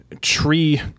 tree